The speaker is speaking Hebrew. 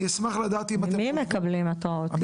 ממי הם מקבלים התראות?